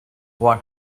what